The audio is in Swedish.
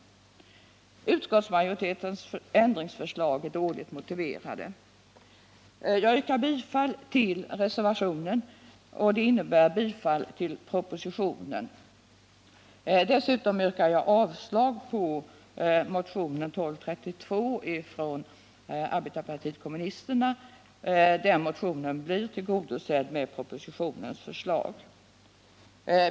Utskottsmajoritetens ändringsförslag är dåligt motiverade. Jag yrkar bifall till reservationen, vilket också innebär bifall till propositionen. Jag yrkar också avslag på motionen 1232 från arbetarpartiet kommunisterna, som blir tillgodosedd med propositionens förslag.